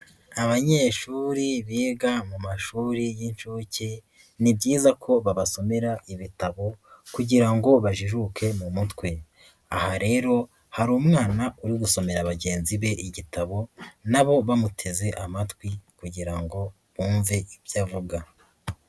Abanyeshuri biga mu mashuri y'inshuke ni byiza ko babasomera ibitabo kugira ngo bajijuke mu mutwe. Aha rero hari umwana uri gusomera bagenzi be igitabo na bo bamuteze amatwi kugira ngo bumve ibyo avuga.